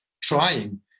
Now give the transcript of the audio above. trying